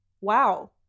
Wow